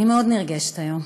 אני מאוד נרגשת היום,